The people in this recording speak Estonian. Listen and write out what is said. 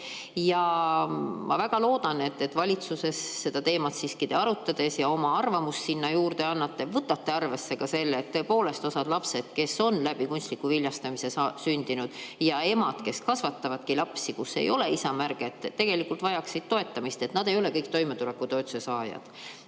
ja ma väga loodan, et valitsuses te seda teemat siiski arutate ja oma arvamust sinna juurde andes võtate arvesse ka selle, et tõepoolest osa lapsi, kes on läbi kunstliku viljastamise sündinud, ja emad, kes kasvatavadki lapsi, kus ei ole isamärget, tegelikult vajaksid toetamist. Nad ei ole kõik toimetulekutoetuse saajad.